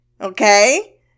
Okay